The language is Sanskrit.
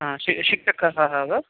शि शिक्षकः वा